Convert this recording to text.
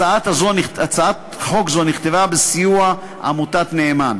הצעת חוק זו נכתבה בסיוע עמותת "נאמן".